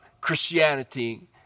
Christianity